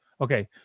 Okay